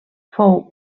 fou